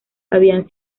habían